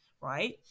right